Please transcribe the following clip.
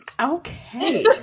Okay